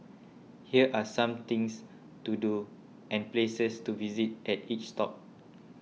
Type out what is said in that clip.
here are some things to do and places to visit at each top